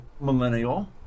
millennial